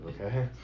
okay